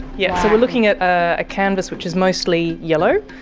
yeah so we're looking at a canvas which is mostly yellow